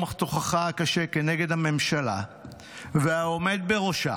התוכחה הקשה כנגד הממשלה והעומד בראשה